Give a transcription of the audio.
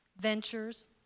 ventures